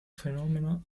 fenomeno